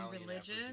religion